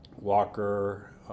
Walker